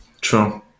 True